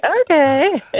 okay